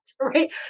Right